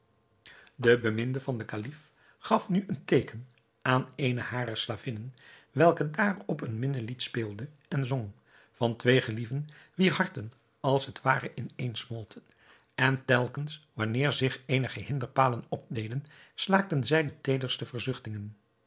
de beminde van den kalif gaf nu een teeken aan eene harer slavinnen welke daarop een minnelied speelde en zong van twee gelieven wier harten als het ware ineensmolten en telkens wanneer zich eenige hinderpalen opdeden slaakte zij de teederste